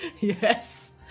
Yes